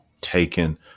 taken